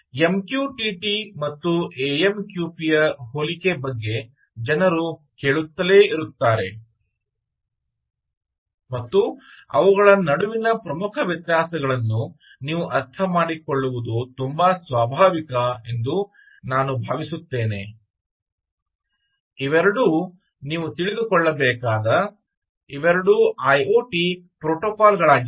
M Q T T ಮತ್ತು AMQP ಯ ಹೋಲಿಕೆ ಬಗ್ಗೆ ಜನರು ಕೇಳುತ್ತಲೇ ಇರುತ್ತಾರೆ ಮತ್ತು ಅವುಗಳ ನಡುವಿನ ಪ್ರಮುಖ ವ್ಯತ್ಯಾಸಗಳನ್ನು ನೀವು ಅರ್ಥಮಾಡಿಕೊಳ್ಳುವುದು ತುಂಬಾ ಸ್ವಾಭಾವಿಕ ಎಂದು ನಾನು ಭಾವಿಸುತ್ತೇನೆ ಇವೆರಡೂ ನೀವು ತಿಳಿದುಕೊಳ್ಳಬೇಕಾದ ಇವೆರಡೂ IoT ಪ್ರೋಟೋಕಾಲ್ ಗಳಾಗಿವೆ